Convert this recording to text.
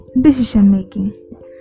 decision-making